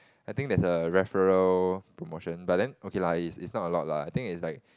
I think there's a referral promotion but then okay lah it's it's not a lot lah I think is like